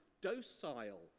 docile